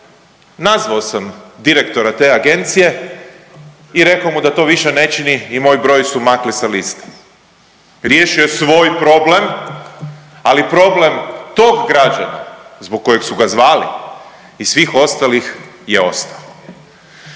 nazvao sam direktora te agencije i rekao mu da to više ne čini i moj broj su makli sa liste. Riješio svoj problem, ali problem tog građana zbog kojeg su ga zvali i svih ostalih je ostao.